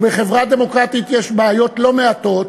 ובחברה דמוקרטית יש בעיות לא מעטות